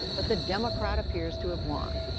but the democrat appears to have won.